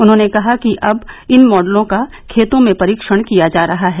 उन्होंने कहा कि अब इन मॉडलों का खेतों में परीक्षण किया जा रहा है